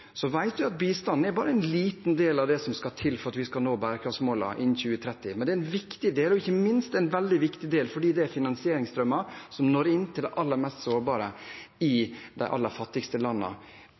vi at bistand bare er en liten del av det som skal til for at vi skal nå bærekraftsmålene innen 2030, men det er en viktig del. Det er ikke minst en veldig viktig del fordi det er finansieringsstrømmer som når inn til de aller mest sårbare i